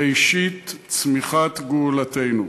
ראשית צמיחת גאולתנו.